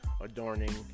adorning